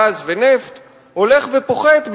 גז ונפט הולך ופוחת,